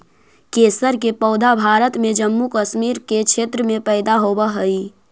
केसर के पौधा भारत में जम्मू कश्मीर के क्षेत्र में पैदा होवऽ हई